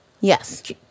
Yes